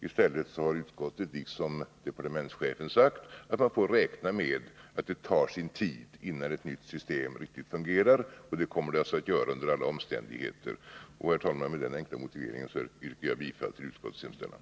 I stället har utskottet, liksom departementschefen, sagt att man får räkna med att det tar sin tid innan ett nytt system riktigt fungerar. Herr talman! Med denna enkla motivering yrkar jag bifall till utskottets hemställan.